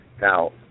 now